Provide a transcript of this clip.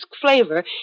flavor